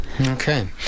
Okay